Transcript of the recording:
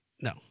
no